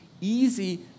easy